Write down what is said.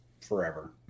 forever